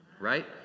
right